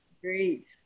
Great